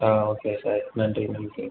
ஆ okay sir நன்றி நன்றி